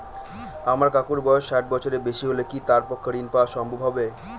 আমার কাকুর বয়স ষাট বছরের বেশি হলে কি তার পক্ষে ঋণ পাওয়া সম্ভব হবে?